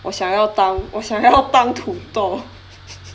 我想要当我想要 当土豆